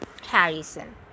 Harrison